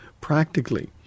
practically